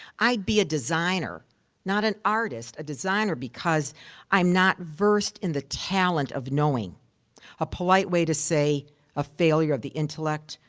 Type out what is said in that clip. i'd be a designer not an artist a designer because i'm not versed in the talent of knowing. t a polite way to say a failure of the intellect,